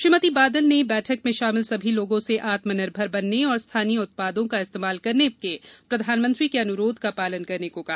श्रीमती बादल ने बैठक में शामिल सभी लोगों से आत्मनिर्भर बनने और स्थानीय उत्पादों का इस्तेमाल करने के प्रधानमंत्री के अनुरोध का पालन करने को कहा